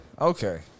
Okay